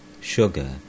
sugar